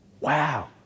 Wow